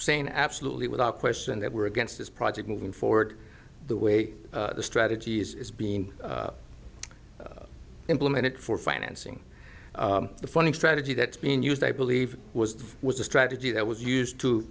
saying absolutely without question that we're against this project moving forward the way the strategy is being implement it for financing the funding strategy that's been used i believe was was a strategy that was used to